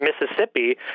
mississippi